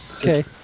Okay